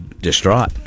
distraught